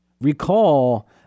recall